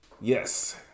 Yes